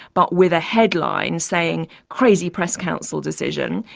but with a headline saying, crazy press council decision.